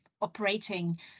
operating